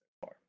far